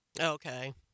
Okay